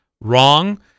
wrong